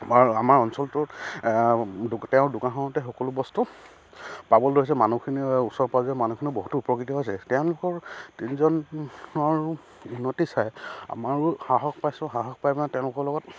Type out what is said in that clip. আমাৰ অঞ্চলটোত তেওঁৰ দোকানখনতে সকলো বস্তু পাবলৈ লৈছে মানুহখিনিয়ে ওচৰ পাজৰৰ মানুহখিনি বহুতো উপকৃত হৈছে তেওঁলোকৰ তিনিজনৰ উন্নতি চাই আমাৰো সাহস পাইছোঁ সাহস পাই মানে তেওঁলোকৰ লগত